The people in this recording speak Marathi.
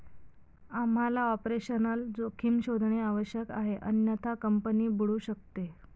आम्हाला ऑपरेशनल जोखीम शोधणे आवश्यक आहे अन्यथा कंपनी बुडू शकते